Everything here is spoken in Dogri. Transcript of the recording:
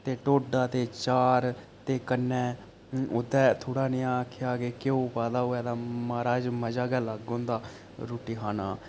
ते ढोड्डा ते अचार कन्नै उत्थै थोह्ड़ा जेहा घ्यो पाए दा होए ते माराज मजा गै लग्ग होंदा रुट्टी खाने दा